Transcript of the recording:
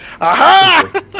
Aha